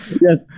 yes